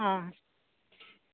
অঁ